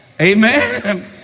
Amen